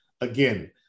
again